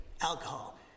alcohol